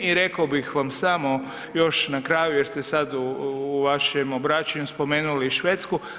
I rekao bih vam samo još na kraju jer ste sad u vašem obraćanju spomenuli i Švedsku.